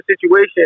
situation